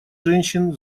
женщин